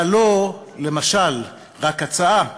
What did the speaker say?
והלוא למשל, רק הצעה,